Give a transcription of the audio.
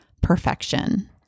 perfection